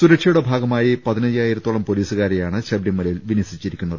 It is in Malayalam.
സുരക്ഷയുടെ ഭാഗമായി പതിനയ്യായിരത്തോളം പോലീസുകാരെയാണ് ശബരിമലയിൽ വിന്യസിച്ചിരി ക്കുന്നത്